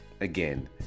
again